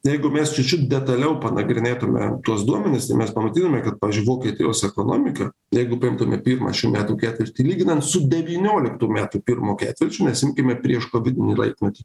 jeigu mes čiut čiut detaliau panagrinėtume tuos duomenis tai mes pamatytume kad pavyzdžiui vokietijos ekonomika jeigu paimtume pirmą šių metų ketvirtį lyginant su devynioliktų metų pirmo ketvirčiu nes imkime prieškovidinį laimetį